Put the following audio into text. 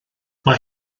mae